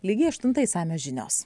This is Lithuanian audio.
lygiai aštuntą išsamios žinios